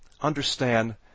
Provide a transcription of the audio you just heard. understand